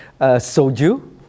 soju